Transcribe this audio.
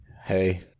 hey